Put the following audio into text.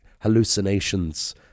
hallucinations